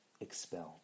expelled